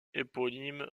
éponyme